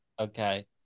Okay